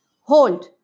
hold